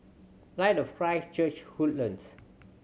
Light of Christ Church Woodlands